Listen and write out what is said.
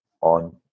on